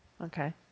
Okay